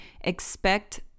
expect